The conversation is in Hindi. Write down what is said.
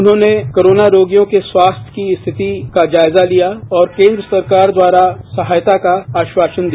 उन्होंने कोरोना रोगियों की स्वास्थ्य की वस्तु स्थिति का जायजा लिया और केंद्र सरकार द्वारा सहायता का आश्वासन दिया